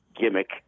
Gimmick